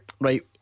Right